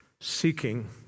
seeking